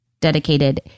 dedicated